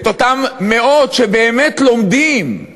את אותם מאות שבאמת לומדים.